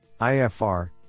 IFR